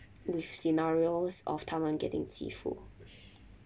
with scenarios of 他们 getting 欺负